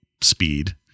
speed